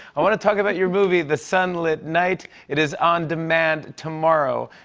i want to talk about your movie the sunlit night. it is on demand tomorrow.